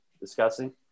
discussing